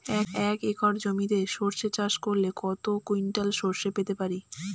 এক একর জমিতে সর্ষে চাষ করলে কত কুইন্টাল সরষে পেতে পারি?